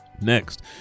Next